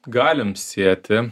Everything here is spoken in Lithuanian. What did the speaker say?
galim sieti